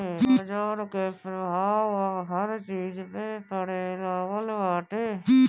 बाजार के प्रभाव अब हर चीज पे पड़े लागल बाटे